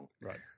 Right